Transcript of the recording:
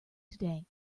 today